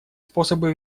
способы